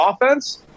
offense